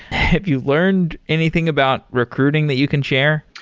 have you learned anything about recruiting that you can share?